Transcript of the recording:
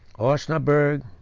osnaburgh,